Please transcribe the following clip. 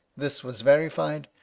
this was verified,